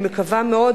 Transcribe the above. אני מקווה מאוד,